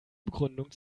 begründung